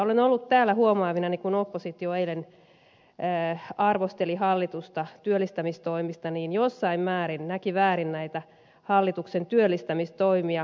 olen ollut täällä huomaavinani kun oppositio eilen arvosteli hallitusta työllistämistoimista että jossain määrin se näki väärin näitä hallituksen työllistämistoimia